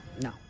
No